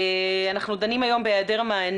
אנחנו דנים היום בהעדר מענה